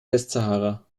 westsahara